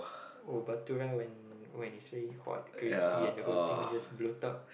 oh Bhatoora when when it's really hot crispy and the whole thing just bloat up